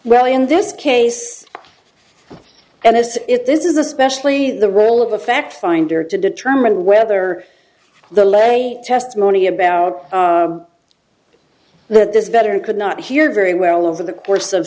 well in this case and as if this is especially the role of the fact finder to determine whether the lay testimony about that this veteran could not hear very well over the course of